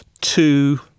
two